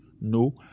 no